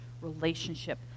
relationship